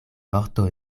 vorto